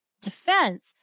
defense